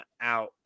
out